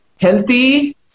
healthy